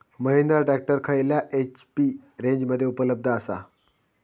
Mahindra tractor खयल्या HP रेंजमध्ये उपलब्ध आसा?